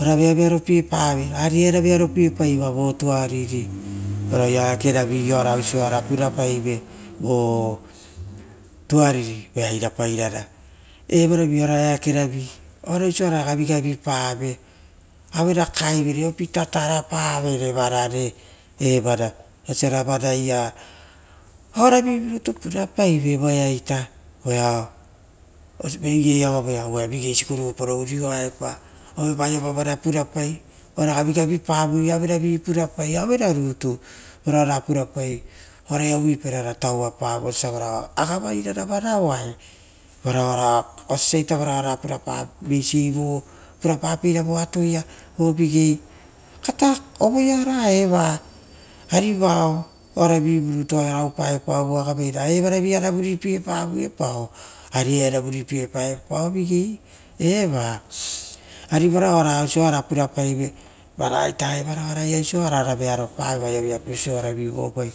Ora vearopiepave aria ara vearopiepaive vo tuariri ora eakeravi oara osiara purapaive vo tuariri irapairara, evaravi eakeravi ra osia ora gavigavi pave. Aura kaivere opita tarapavere varare evara oisira varaia oaravivu nitu purapaive evoea ita, vigei iava voea uva vigei. Siposipo paoro uroaepa. Oire vaiava varavi purapai ora gavigavi pavo oaravu purapai aueru nitu ora rakurakae eva osio varaia ora tauvapauro oisi agavairaravararo. Osiisio a vavao oara purapapeira visi voia oara purapapeira voia atoia vo vigei, ata avoiaroa va ri vara oravurutu oara pura pareira oo oupapeira vara agavaraia a ra evaravi ia ora vuripie paviepao ari era vuripiepaoepao vigei eva. Ari varao oara oisioa purapaive varaita evara oiara ia oisio ora vearopave oia veapasio oara vivuavava